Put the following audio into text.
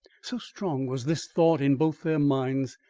so strong was this thought in both their minds,